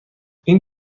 این